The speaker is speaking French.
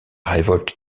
révolte